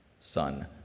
son